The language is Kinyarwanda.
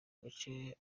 gace